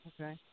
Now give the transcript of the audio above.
Okay